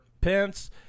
Pence